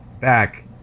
back